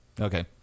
Okay